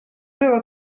było